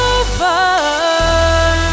over